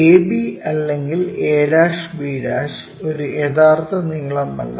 ab അല്ലെങ്കിൽ ab ഒരു യഥാർത്ഥ നീളമല്ല